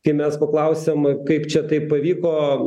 kai mes paklausėm kaip čia taip pavyko